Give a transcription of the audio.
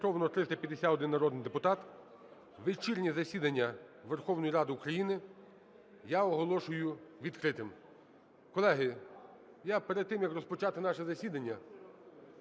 Зареєстровано 351 народний депутат. Вечірнє засідання Верховної Ради України я оголошую відкритим. Колеги, я перед тим як розпочати наше засідання,